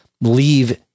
leave